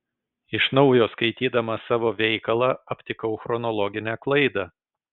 iš naujo skaitydamas savo veikalą aptikau chronologinę klaidą